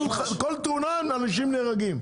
כל תאונה אנשים נהרגים.